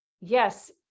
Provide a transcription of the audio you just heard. yes